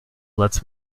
lets